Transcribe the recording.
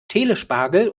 telespagel